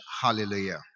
Hallelujah